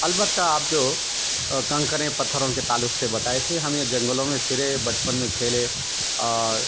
البتّہ آپ جو كنكريں پتھروں كے تعلق سے بتائے تھے ہم ایک جنگلوں میں پھرے بچپن میں کھیلے اور